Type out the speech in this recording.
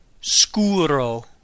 Scuro